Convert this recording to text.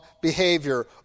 behavior